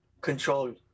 control